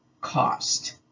cost